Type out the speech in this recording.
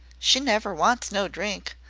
she never wants no drink.